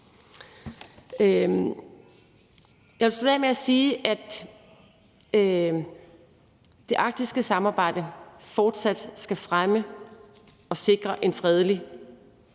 Jeg vil slutte af med at sige, at det arktiske samarbejde fortsat skal fremme og sikre en fredelig og